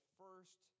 first